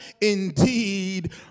indeed